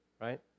right